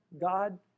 God